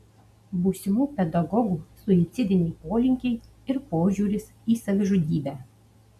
būsimų pedagogų suicidiniai polinkiai ir požiūris į savižudybę